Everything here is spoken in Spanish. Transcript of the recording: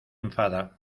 enfada